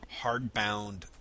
hardbound